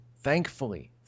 thankfully